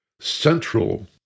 central